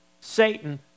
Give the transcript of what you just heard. Satan